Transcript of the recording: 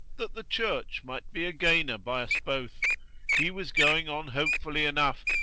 that the church might be a gainer by us both he was going on hopefully enough,